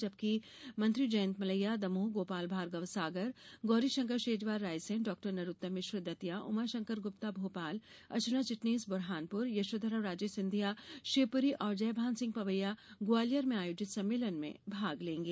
जबकि मंत्री जयंत मलैया दमोह गोपाल भार्गव सागर गोरीशंकर शेजवार रायसेन डॉ नरोत्तम मिश्र दतिया उमाशंकर गुप्ता भोपाल अर्चना चिटनिस बुरहानपुर यशोधराराजे सिंधिया शिवपुरी और जयभान ॅसिंह पवैया ग्वालियर में आयोजित सम्मेलन में भाग लेंगे